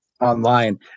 online